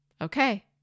okay